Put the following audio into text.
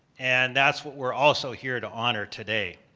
and that's what we're also here to honor today.